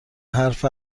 حروف